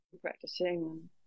practicing